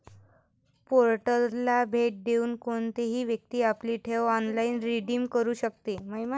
पोर्टलला भेट देऊन कोणतीही व्यक्ती आपली ठेव ऑनलाइन रिडीम करू शकते